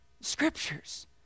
Scriptures